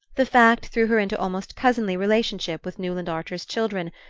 the fact threw her into almost cousinly relationship with newland archer's children,